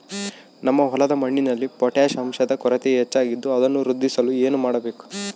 ನಮ್ಮ ಹೊಲದ ಮಣ್ಣಿನಲ್ಲಿ ಪೊಟ್ಯಾಷ್ ಅಂಶದ ಕೊರತೆ ಹೆಚ್ಚಾಗಿದ್ದು ಅದನ್ನು ವೃದ್ಧಿಸಲು ಏನು ಮಾಡಬೇಕು?